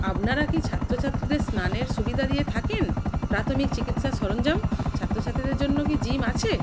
আপনারা কি ছাত্র ছাত্রীদের স্নানের সুবিধা দিয়ে থাকেন প্রাথমিক চিকিৎসার সরঞ্জাম ছাত্র ছাত্রীদের জন্য কি জিম আছে